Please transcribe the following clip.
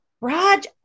Raj